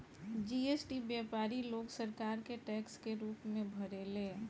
GST व्यापारी लोग सरकार के टैक्स के रूप में भरेले